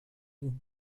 vous